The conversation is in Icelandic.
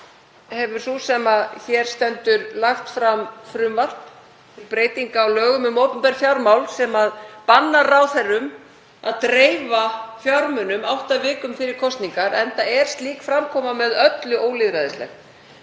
hefur sú sem hér stendur lagt fram frumvarp til breytinga á lögum um opinber fjármál sem bannar ráðherrum að dreifa fjármunum átta vikum fyrir kosningar, enda er slík framkoma með öllu ólýðræðisleg.